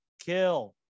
kill